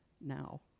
now